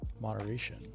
Moderation